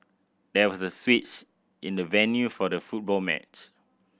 there was a switch in the venue for the football match